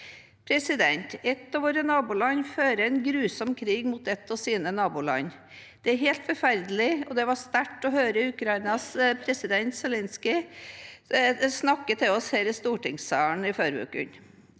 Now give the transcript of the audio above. mulig. Et av våre naboland fører en grusom krig mot et av sine naboland. Det er helt forferdelig, og det var sterkt å høre Ukrainas president, Zelenskyj, tale til oss her i stortingssalen tidligere